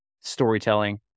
storytelling